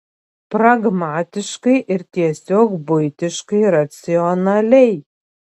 pragmatiškai ir tiesiog buitiškai racionaliai